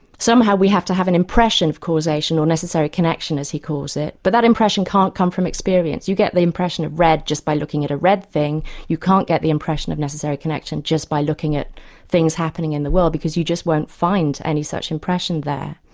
somehow we have to have an impression of causation or necessary connection as he calls it. but that impression can't come from experience you get the impression of red just by looking at a red thing you can't get the impression of necessary connection just by looking at things happening in the world because you just won't find any such impression there.